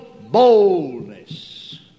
boldness